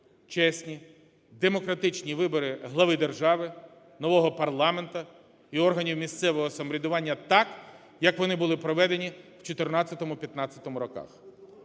чесні, демократичні вибори глави держави, нового парламенту і органів місцевого самоврядування так як вони були проведені в 14-15-му роках.